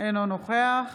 אינו נוכח